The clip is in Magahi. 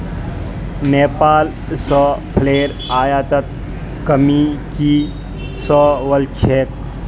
नेपाल स फलेर आयातत कमी की स वल छेक